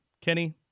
Kenny